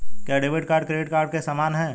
क्या debit card credit card के समान है?